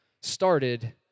started